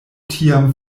tiam